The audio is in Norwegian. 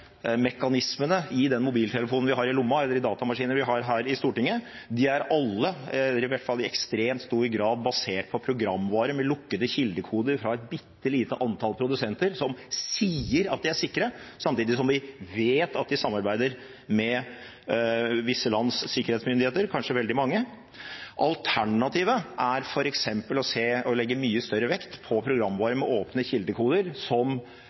i den mobiltelefonen vi har i lomma, eller i de datamaskinene vi har her i Stortinget. De er alle – eller i hvert fall i ekstremt stor grad – basert på programvare med lukkede kildekoder fra et bitte lite antall produsenter som sier at de er sikre, samtidig som vi vet at de samarbeider med visse lands – kanskje veldig manges – sikkerhetsmyndigheter. Alternativet er f.eks. å legge mye større vekt på programvare med åpne kildekoder, som